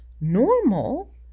normal